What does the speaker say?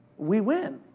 we win.